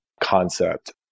concept